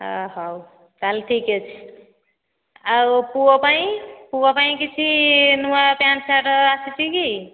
ଓ ହୋଉ ତାହେଲେ ଠିକ୍ ଅଛି ଆଉ ପୁଅ ପାଇଁ ପୁଅ ପାଇଁ କିଛି ନୂଆ ପ୍ୟାଣ୍ଟ ସାର୍ଟ ଆସିଛି କି